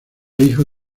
hijo